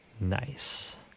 Nice